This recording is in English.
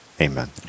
Amen